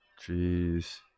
Jeez